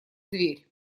дверь